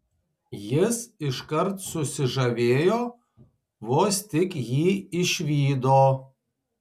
jis iškart susižavėjo vos tik jį išvydo